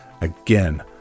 Again